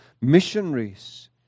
missionaries